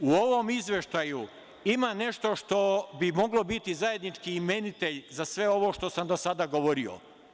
U ovom izveštaju ima nešto što bi moglo biti zajednički imenitelj za sve ovo što sam do sada govorio.